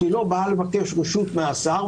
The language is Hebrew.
היא לא באה לבקש רשות מהשר,